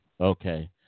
Okay